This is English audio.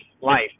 life